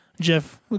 Jeff